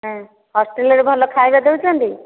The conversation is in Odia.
ହଁ ହଷ୍ଟେଲ୍ରେ ଭଲ ଖାଇବା ଦେଉଛନ୍ତି